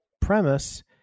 premise